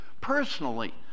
personally